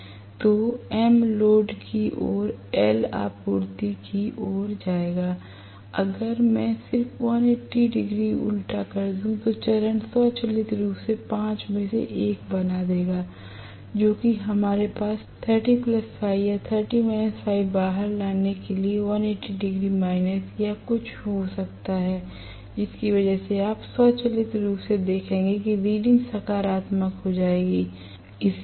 तो M load की ओर L आपूर्ति पक्ष की ओर आ जाएगा अगर मैं सिर्फ 180 डिग्री उल्टा कर दूं तो चरण स्वचालित रूप से 5 में से 1 बना देगा जो भी हमारे पास है या बाहर आने के लिए 180 माइनस या ऐसा कुछ हो सकता है जिसकी वजह से आप स्वचालित रूप से देखेंगे कि रिडिंग सकारात्मक हो गया है